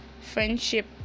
friendship